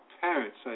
parents